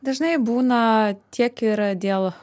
dažnai būna tiek ir dėl